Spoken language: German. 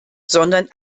sondern